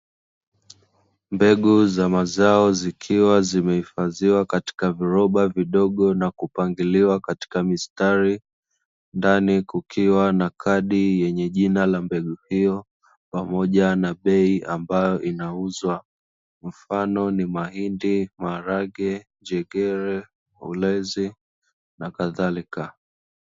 Mbegu za mazao zikiwa zimehifadhiwa katika viroba vidogo, na kupangiliwa katika mistari ndani kukiwa na kadi yenye jina la mbegu hiyo, pamoja na bei ambayo inauzwa. Mfano ni mahindi, maharage, njegere, ulezi nakadhalika.